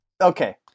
Okay